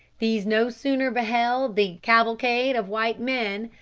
these no sooner beheld the cavalcade of white men,